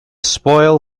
spoil